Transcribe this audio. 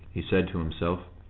he said to himself,